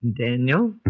Daniel